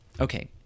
Okay